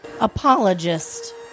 Apologist